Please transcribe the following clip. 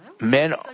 men